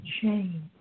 change